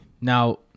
Now